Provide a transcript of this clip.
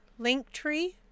Linktree